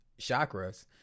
chakras